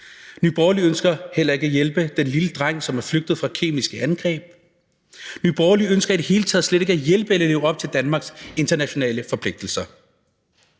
Nye Borgerlige ønsker heller ikke at hjælpe den lille dreng, som er flygtet fra kemiske angreb. Nye Borgerlige ønsker i det hele taget slet ikke at hjælpe eller leve op til Danmarks internationale forpligtelser.